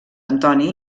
antoni